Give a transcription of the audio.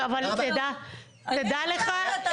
תודה לך.